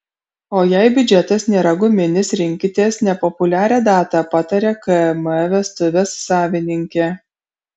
o jei biudžetas nėra guminis rinkitės nepopuliarią datą pataria km vestuvės savininkė